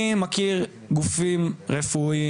אני מכיר גופים רפואיים,